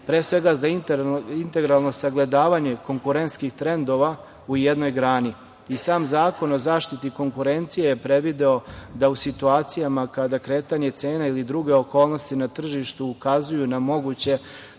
pre svega za integralno sagledavanje konkurentskih trendova u jednoj grani. Sam Zakon o zaštiti konkurencije je predvideo da u situacijama kada kretanje cena ili druge okolnosti na tržištu ukazuju na moguće